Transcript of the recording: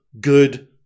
good